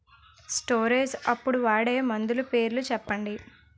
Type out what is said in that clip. Storage అప్పుడు వాడే మందులు పేర్లు చెప్పండీ?